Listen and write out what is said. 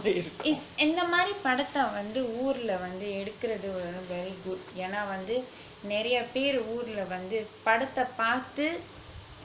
is இந்தமாரி படத்த வந்த ஊர்ல வந்து எடுக்குறது வந்து:inthamari padatha vanthu oorla vanthu edukrathu vanthu very good ஏனா வந்து நிறைய பேர் ஊர்ல வந்து படத்த பாத்து:yaena vanthu niraiya paer oorla vanthu padatha paththu